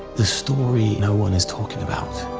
the story no one is talking about.